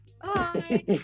Bye